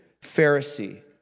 Pharisee